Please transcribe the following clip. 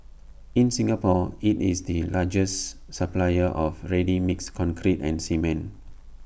in Singapore IT is the largest supplier of ready mixed concrete and cement